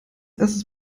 erstes